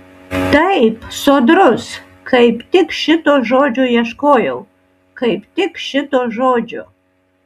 taip sodrus kaip tik šito žodžio ieškojau kaip tik šito žodžio